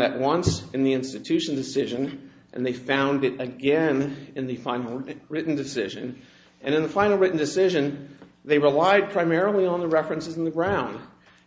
that once in the institution decision and they found it again in the final written decision and in the final written decision they relied primarily on the references on the ground